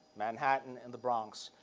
manhattan and the bronx,